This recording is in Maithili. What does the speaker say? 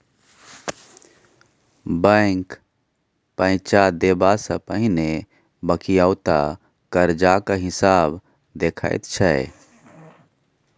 बैंक पैंच देबा सँ पहिने बकिऔता करजाक हिसाब देखैत छै